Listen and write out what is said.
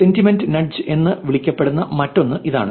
sentiment nudge എന്ന് വിളിക്കപ്പെടുന്ന മറ്റൊന്ന് ഇതാണ്